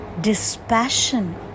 Dispassion